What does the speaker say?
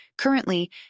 Currently